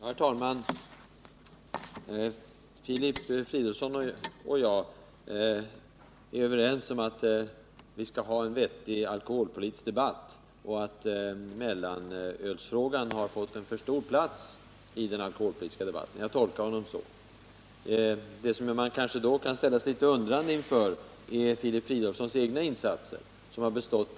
Herr talman! Jag håller med Filip Fridolfsson om att vi bör föra en vettig alkoholpolitisk debatt och att mellanölsfrågan har fått en alltför stor plats i den debatten. Det man möjligen kan ställa sig litet undrande inför är Filip Fridolfssons egna insatser i det avseendet.